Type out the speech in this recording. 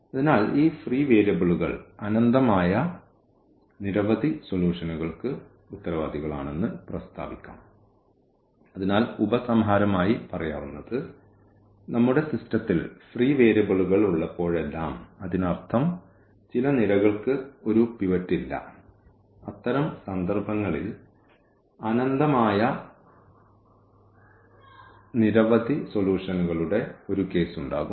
അതിനാൽ ഈ ഫ്രീ വേരിയബിളുകൾ അനന്തമായ നിരവധി സൊല്യൂഷനുകൾക്ക് ഉത്തരവാദികളാണെന്ന് പ്രസ്താവിക്കാം അതിനാൽ ഉപസംഹാരമായി പറയാവുന്നത് നമ്മുടെ സിസ്റ്റത്തിൽ ഫ്രീ വേരിയബിളുകൾ ഉള്ളപ്പോഴെല്ലാം അതിനർത്ഥം ചില നിരകൾക്ക് ഒരു പിവറ്റ് ഇല്ല അത്തരം സന്ദർഭങ്ങളിൽ അനന്തമായ നിരവധി സൊല്യൂഷനുകളുടെ ഒരു കേസ് ഉണ്ടാകും